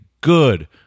good